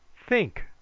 think!